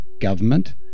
government